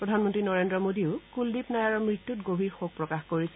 প্ৰধানমন্ত্ৰী নৰেন্দ্ৰ মোদীয়েও কুলদীপ নায়াৰৰ মৃত্যু গভীৰ শোক প্ৰকাশ কৰিছে